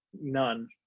none